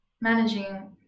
managing